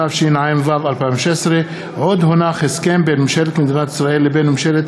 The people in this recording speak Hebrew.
התשע"ו 2016. הסכם בין ממשלת מדינת ישראל לבין ממשלת